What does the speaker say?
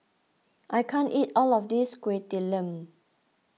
I can't eat all of this Kuih Talam